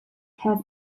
have